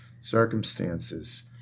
circumstances